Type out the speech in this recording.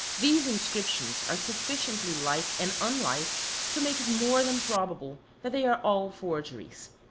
these inscriptions are sufficiently like and unlike to make it more than probable that they are all forgeries.